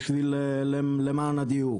למען הדיוק.